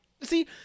see